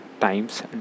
times